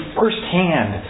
firsthand